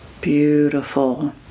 beautiful